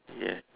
ya